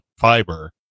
fiber